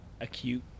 acute